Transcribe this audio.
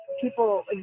people